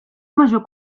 major